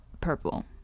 purple